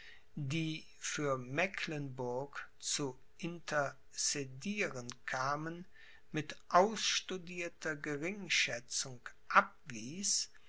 die für mecklenburg zu intercedieren kamen mit ausstudierter geringschätzung abwies